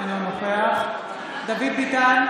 אינו נוכח דוד ביטן,